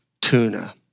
tuna